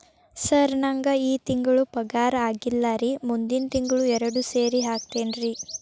sir ನಂಗ ಈ ತಿಂಗಳು ಪಗಾರ ಆಗಿಲ್ಲಾರಿ ಮುಂದಿನ ತಿಂಗಳು ಎರಡು ಸೇರಿ ಹಾಕತೇನ್ರಿ